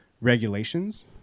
regulations